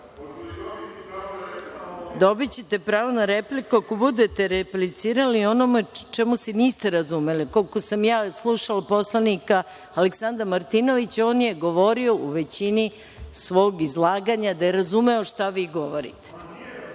repliku?)Dobićete pravo na repliku ako budete replicirali u onome u čemu se niste razumeli. Koliko sam ja slušala poslanika Aleksandra Martinovića, on je govorio u većini svog izlaganja da je razumeo šta vi govorite.(Vojislav